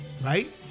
right